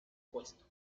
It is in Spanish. puesto